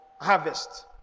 harvest